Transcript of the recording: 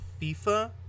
FIFA